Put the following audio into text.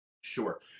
sure